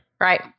Right